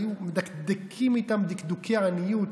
היו מדקדקים איתם דקדוקי עניות.